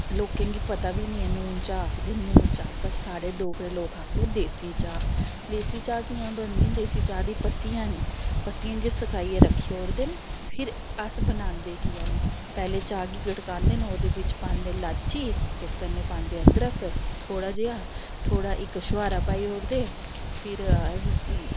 लोकें गी पता बी निं ऐ नून चाह् आखदे नून चाह् बट साढ़े डोगरे लोक आखदे देसी चाह् देसी चाह् कि'यां बनदी देसी चाह् दी पत्तियां न पत्तियें गी सकाइयै रक्खी ओड़दे न फिर अस बनांदे कि'यां निं पैह्लें चाह् गी गड़कांदे न ओह्दे बिच्च पांदे लाची ते कन्नै पांदे अदरक थोह्ड़ा जेहा थोह्ड़ा इक छुहारा पाई ओड़दे फिर